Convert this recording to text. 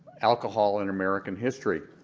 alcohol in american history.